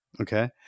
Okay